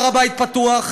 הר הבית פתוח,